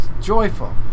joyful